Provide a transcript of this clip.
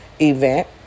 event